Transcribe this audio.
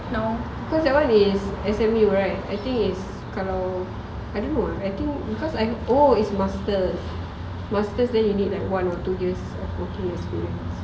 no cause that [one] is S_M_U right I think is kalau I don't know ah I think because I oh is masters masters then you need that [one] to two years of working experience